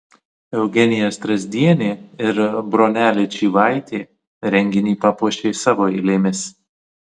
eugenija strazdienė ir bronelė čyvaitė renginį papuošė savo eilėmis